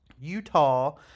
Utah